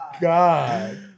God